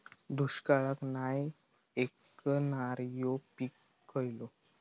दुष्काळाक नाय ऐकणार्यो पीका खयली?